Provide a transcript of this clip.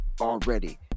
already